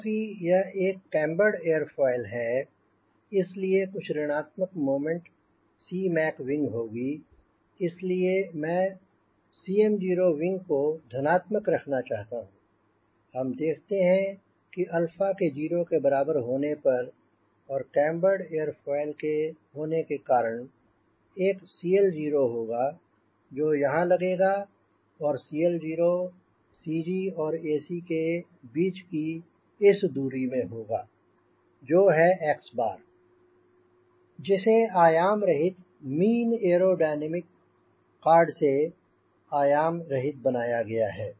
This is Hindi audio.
क्योंकि यह एक कैंबर्ड एयरफॉयल है इसलिए कुछ ऋणात्मक मोमेंट Cmac wing होगी इसलिए मैं 𝐶mo wing को धनात्मक रखना चाहता हूँ हम देखते हैं कि अल्फा के 0 के बराबर होने पर और कैंबर्ड एयरफॉयल के होने के कारण एक CL0 होगा जो यहांँ लगेगा और CL0 CG और ac के बीच की इस दूरी में होगा जो है x bar जिसे आयाम रहित मीन एयरोडायनेमिक कार्ड से आयाम रहित बनाया गया है